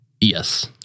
Yes